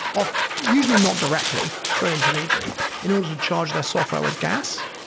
ah usually not directly through an intermediary in order to charge their software with gas.